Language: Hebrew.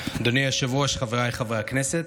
היושב-ראש, חבריי חברי הכנסת,